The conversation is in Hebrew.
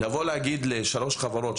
לבוא להגיד לשלוש חברות,